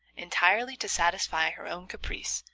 entirely to satisfy her own caprice,